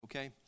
Okay